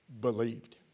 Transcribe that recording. believed